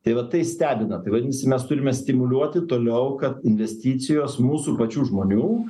tai vat tai stebina tai vadinasi mes turime stimuliuoti toliau kad investicijos mūsų pačių žmonių